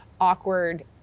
awkward